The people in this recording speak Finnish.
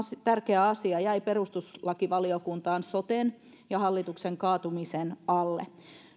tärkeä asia jäi perustuslakivaliokuntaan soten ja hallituksen kaatumisen alle